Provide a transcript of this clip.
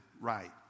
right